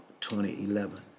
2011